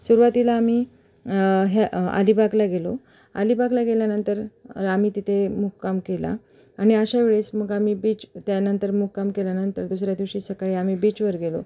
सुरुवातीला आम्ही ह्या अलिबागला गेलो अलिबागला गेल्यानंतर आम्ही तिथे मुक्काम केला आणि अशा वेळेस मग आम्ही बीच त्यानंतर मुक्काम केल्यानंतर दुसऱ्या दिवशी सकाळी आम्ही बीचवर गेलो